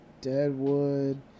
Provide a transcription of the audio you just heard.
deadwood